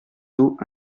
tôt